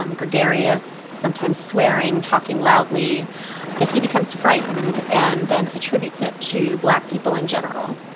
um gregarious, sometimes swearing, talking loudly that he becomes frightened and then attributes it to black people in general.